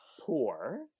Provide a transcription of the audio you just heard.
poor